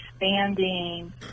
expanding